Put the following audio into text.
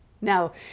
now